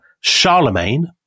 Charlemagne